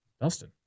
Dustin